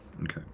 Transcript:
Okay